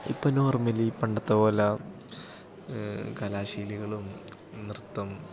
ഇപ്പം നോർമലി പണ്ടത്തെ പോലെ കലാ ശീലികളും നൃത്തം